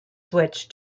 switch